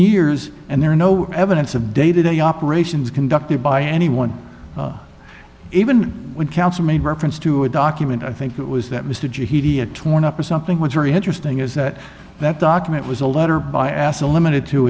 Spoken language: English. years and there are no evidence of day to day operations conducted by anyone even when counsel made reference to a document i think it was that mr g he had torn up or something was very interesting is that that document was a letter by as a limited to